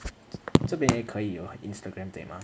这边也可以 or Instagram 对吗